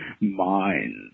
minds